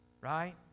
right